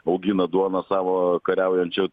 augina duoną savo kariaujančiai